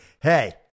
Hey